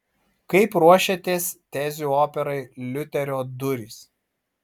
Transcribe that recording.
kaip ruošiatės tezių operai liuterio durys